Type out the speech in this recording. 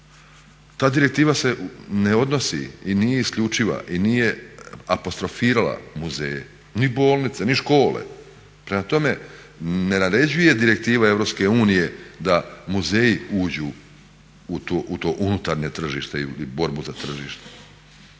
Ta direktiva se ne odnosi i nije isključiva i nije apostrofirala muzeje ni bolnice ni škole. Prema tome, ne naređuje direktiva EU da muzeji uđu u to unutarnje tržište ili borbu za tržište.